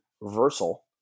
reversal